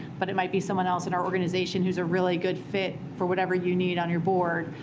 but it might be someone else in our organization who's a really good fit for whatever you need on your board.